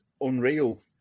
unreal